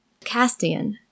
castian